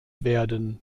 werden